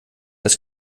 dass